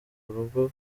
urugo